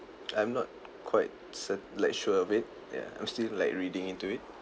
I'm not quite cer~ like sure of it ya I'm still like reading into it